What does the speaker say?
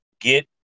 get